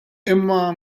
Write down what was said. imma